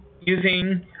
using